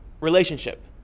relationship